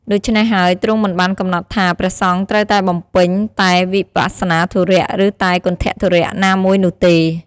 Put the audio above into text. ដូច្នេះហើយ ទ្រង់មិនបានកំណត់ថា ព្រះសង្ឃត្រូវតែបំពេញតែវិបស្សនាធុរៈ ឬតែគន្ថធុរៈណាមួយនោះទេ។